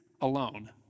alone